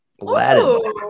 Aladdin